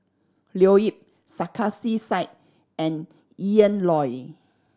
Leo Yip Sarkasi Said and Ian Loy